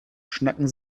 schnacken